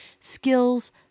skills